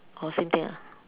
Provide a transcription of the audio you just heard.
oh same thing ah